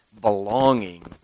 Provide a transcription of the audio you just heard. belonging